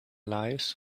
lives